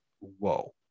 whoa